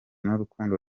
rukundo